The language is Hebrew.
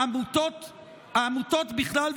העמותות בכלל,